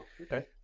okay